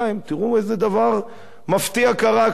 תראו איזה דבר מפתיע קרה כאן,